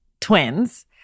twins